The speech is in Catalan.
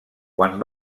quan